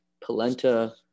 polenta